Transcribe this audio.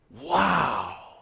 Wow